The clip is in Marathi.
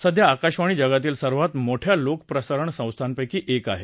सध्या आकाशवाणी जगातील सर्वात मोठ्या लोक प्रसारण संस्थांपैकी एक आहे